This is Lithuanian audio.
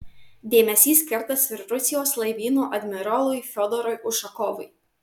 dėmesys skirtas ir rusijos laivyno admirolui fiodorui ušakovui